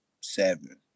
seven